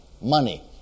money